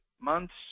months